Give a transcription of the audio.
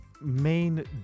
main